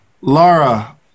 Laura